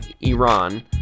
Iran